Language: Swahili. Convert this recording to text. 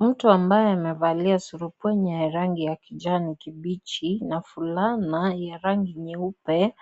Mtu ambaye amevalia suruali ya rangi ya kijani kibichi na fulana ya rangi nyeupe,